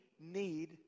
need